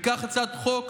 וכך, הצעת חוק